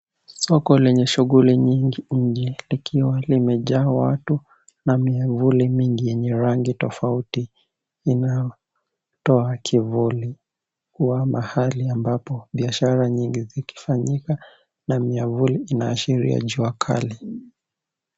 Soko lenye shughuli nyingi nje, likiwa limejaa watu na myavuli mingi yenye rangi tofauti, inaotoa kivuli, kua mahali ambapo biashara nyingi zikifanyika, na myavuli inaashiria jua kali.